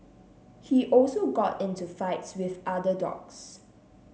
he also got into fights with other dogs